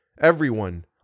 everyone